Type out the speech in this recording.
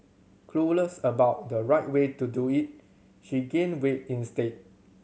clueless about the right way to do it she gained weight instead